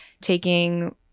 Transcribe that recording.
taking